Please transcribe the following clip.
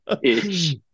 Ish